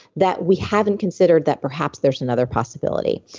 that we haven't considered that perhaps there's another possibility.